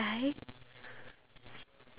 we did